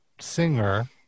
singer